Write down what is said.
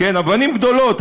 אבנים גדולות,